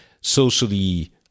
socially